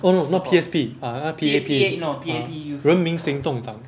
oh no not P_S_P uh 那 P_A_P ah 人民行动党